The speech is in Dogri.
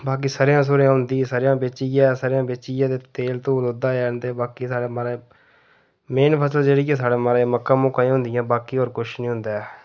बाकी सरेआं सुरेआं होंदी ते सरेआं बेचियै सरेआं बेचियै ते तेल तूल ओह्दा गै आह्नदे ते बाकी साढ़ै महाराज मेन फसल जेह्ड़ी ऐ साढ़े महाराज मक्कां मुक्कां होंदियां बाकी होर कुछ नीं होंदा ऐ